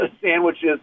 sandwiches